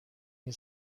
این